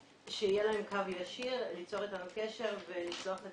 שיהיה להם קו ישיר ליצור אתנו קשר ולשלוח את